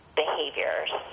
behaviors